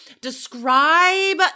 Describe